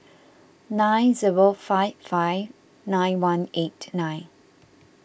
nine zero five five nine one eight nine